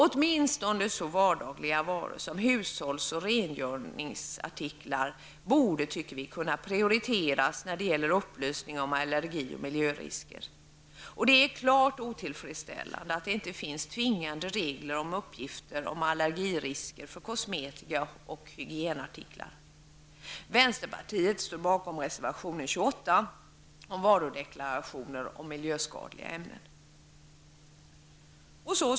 Åtminstone så vardagliga varor som hushålls och rengöringsartiklar tycker vi borde kunna prioriteras när det gäller upplysning om allergi och miljörisker. Det är klart otillfredsställande att det inte finns tvingande regler om uppgifter om allergirisker för kosmetika och hygienartiklar. Vänsterpartiet står bakom reservation 28 om varudeklarationer om miljöskadliga ämnen.